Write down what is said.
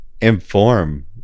inform